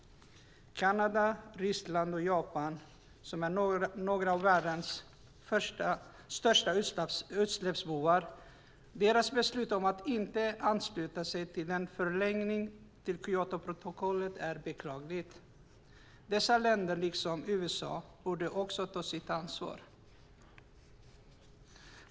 Kanada, Ryssland och Japan är några av världens största utsläppsbovar, och deras beslut att inte ansluta sig till en förlängning av Kyotoprotokollet är beklagligt. Dessa länder, liksom USA, borde också ta sitt ansvar.